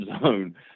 zone